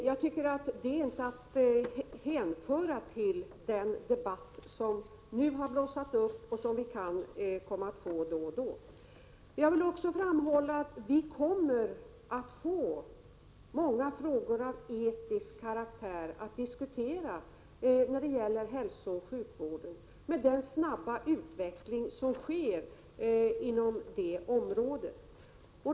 Jag tycker alltså inte att man skall jämföra detta med den debatt som nu har blossat upp och som vi kommer att få uppleva då och då. Jag vill vidare framhålla att vi kommer att få många frågor av etisk karaktär att diskutera när det gäller hälsooch sjukvård, med den snabba utveckling som sker inom det området.